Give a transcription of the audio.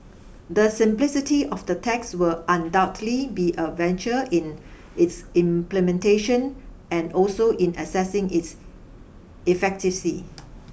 the simplicity of the tax will undoubtedly be a venture in its implementation and also in assessing its efficacy